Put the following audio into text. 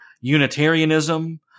Unitarianism